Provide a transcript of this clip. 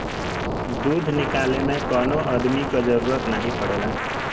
दूध निकाले में कौनो अदमी क जरूरत नाही पड़ेला